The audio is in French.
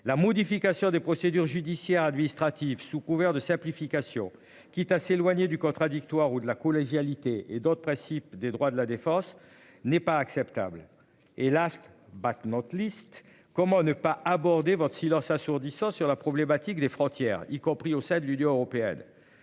La modification des procédures judiciaires administratives sous couvert de simplification, quitte à s'éloigner du contradictoire ou de la collégialité et d'autres principes des droits de la défense n'est pas acceptable et, last but not least, comment ne pas aborder votre silence assourdissant sur la problématique des frontières, y compris au sein de l'Union européenne